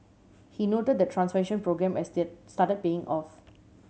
he noted the transformation programme has started paying off